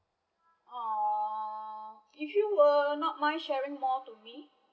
uh if you were not mind sharing more to me